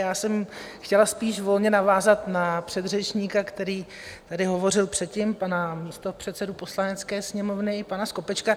Já jsem chtěla spíš volně navázat na předřečníka, který tady hovořil předtím, pana místopředsedu Poslanecké sněmovny pana Skopečka.